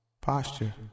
posture